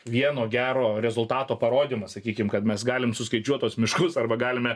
vieno gero rezultato parodymas sakykim kad mes galim suskaičiuot tuos miškus arba galime